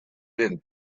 didn’t